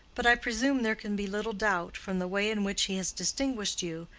but i presume there can be little doubt, from the way in which he has distinguished you,